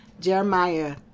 Jeremiah